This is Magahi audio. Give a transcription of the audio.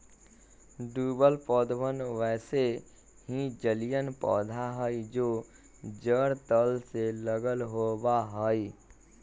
डूबल पौधवन वैसे ही जलिय पौधा हई जो जड़ तल से लगल होवा हई